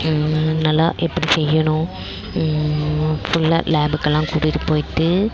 நல்லா எப்படி செய்யணும் ஃபுல்லாக லேபுக்கெல்லாம் கூட்டிகிட்டு போயிட்டு